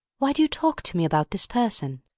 why do you talk to me about this person?